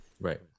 Right